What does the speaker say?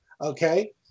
okay